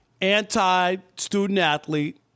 anti-student-athlete